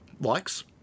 likes